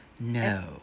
no